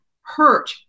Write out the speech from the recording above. hurt